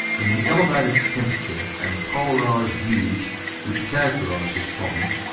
in the elevated temperature and polarised views which characterise this problem,